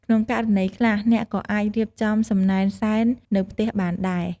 ក្នុងករណីខ្លះ អ្នកក៏អាចរៀបចំសំណែនសែននៅផ្ទះបានដែរ។